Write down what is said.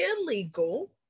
illegal